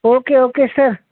okay okay sir